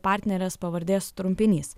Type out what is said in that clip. partnerės pavardės trumpinys